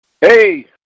Hey